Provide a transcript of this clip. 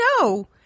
no